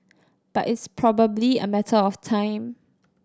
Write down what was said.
but it's probably a matter of time